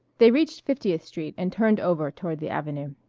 they reached fiftieth street and turned over toward the avenue.